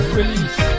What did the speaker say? release